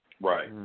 Right